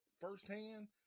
firsthand